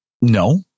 No